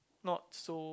not so